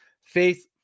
Faith